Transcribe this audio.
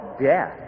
death